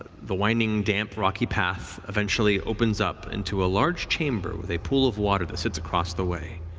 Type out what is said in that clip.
the winding, damp, rocky path eventually opens up into a large chamber with a pool of water that sits across the way.